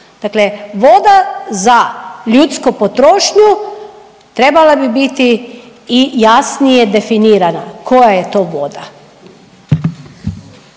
Dakle voda za ljudsku potrošnju trebala bi biti i jasnije definirana koja je to voda.